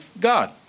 God